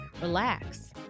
relax